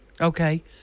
Okay